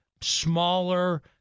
smaller